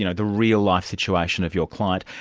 you know the real-life situation of your client.